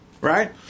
right